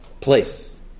place